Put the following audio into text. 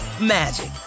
magic